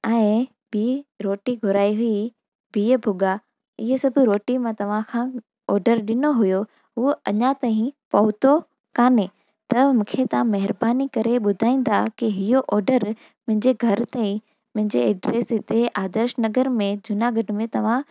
ऐं ॿी रोटी घुराई हुई बिह भुॻा इहे सभु रोटी मां तव्हां खां ऑडर ॾिनो हुओ उहो अञा अथईं पहुतो कोन्हे त मूंखे तां महिरबानी करे ॿुधाईंदा की इहो ऑडर मुंहिंजे घर ते मुंहिंजे एड्रेस हिते आदर्श नगर में जूनागढ़ में तव्हां